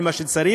זה מה שצריך,